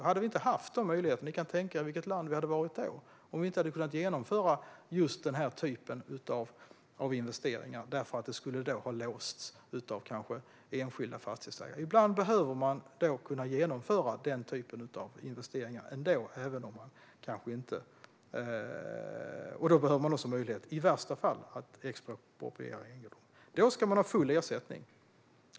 Hade vi inte haft möjlighet att genomföra den typen av investeringar på grund av att detta skulle vara låst av enskilda fastighetsägare kan ni ju tänka er vilket land vi hade haft. Ibland behöver vi kunna genomföra den typen av investeringar, och då behöver vi möjlighet att i värsta fall expropriera. Då ska ägaren ha full ersättning.